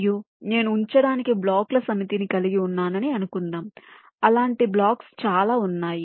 మరియు నేను ఉంచడానికి బ్లాకుల సమితిని కలిగి ఉన్నానని అనుకుందాం అలాంటి బ్లాక్స్ చాలా ఉన్నాయి